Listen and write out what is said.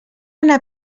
una